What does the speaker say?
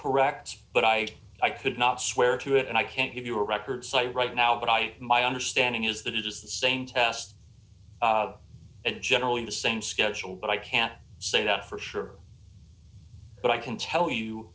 correct but i i could not swear to it and i can't give you a record site right now but i my understanding is that it is the same test and generally the same schedule but i can't say that for sure but i can tell you